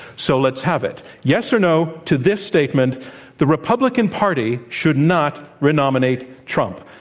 so, let's have it, yes or no to this statement the republican party should not re-nominate trump.